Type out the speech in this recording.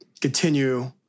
continue